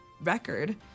record